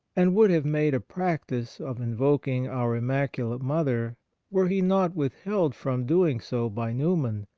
and would have made a practice of invoking our immaculate mother were he not withheld from doing so by newman,